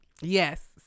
Yes